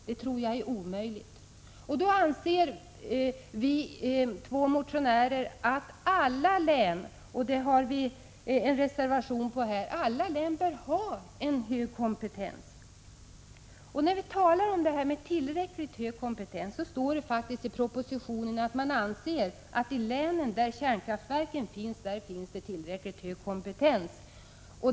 Det tror jag är omöjligt. Vi två motionärer anser att alla län behöver ha en hög kompetens; det kravet har vi följt upp i en reservation. Det står faktiskt i propositionen att man anser att det i de län där kärnkraftverken finns också finns en tillräckligt hög kompetens.